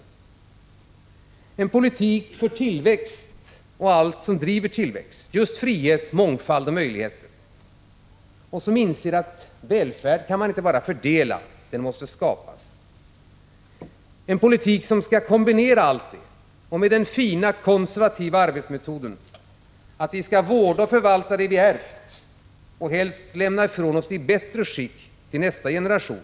Det är en politik för tillväxt och allt som driver tillväxt: frihet, mångfald och möjligheter. Denna politik visar att välfärd inte bara kan fördelas, den måste skapas. Det är en politik som skall kombinera allt detta, med den fina konservativa arbetsmetoden som innebär att vi skall vårda och förvalta det vi ärvt och helst lämna ifrån oss det i ett bättre skick till nästa generation.